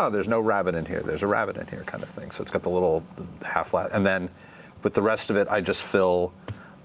ah there's no rabbit in here, there's a rabbit in here kind of thing. so it's got the little half-flap, and then put but the rest of it, i just fill